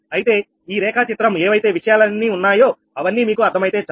అయితే ఈ రేఖా చిత్రము ఏవైతే విషయాలన్నీ ఉన్నాయో అవన్నీ మీకు అర్థమైతే చాలు